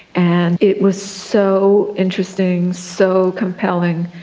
and it was so interesting, so compelling,